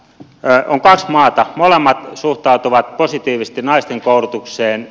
on kaksi maata molemmat suhtautuvat positiivisesti naisten koulutuksen